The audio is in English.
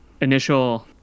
initial